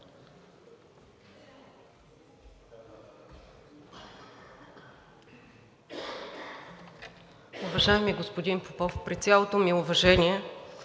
Уважаеми господин Попов, при цялото ми уважение,